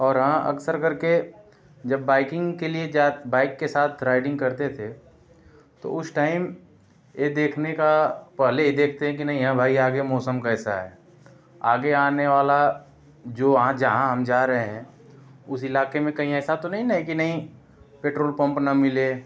और हाँ अक्सर करके जब बाइकिंग के लिए जात बाइक के साथ राइडिंग करते थे तो उस टाइम ये देखने का पहले ये देखते हैं कि नहीं यह भाई आगे मौसम कैसा है आगे आने वाला जो वहाँ जहाँ हम जा रहे हैं उस इलाके में कहीं ऐसा तो नहीं न है कि नहीं पेट्रोल पम्प न मिले